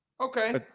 Okay